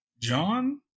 John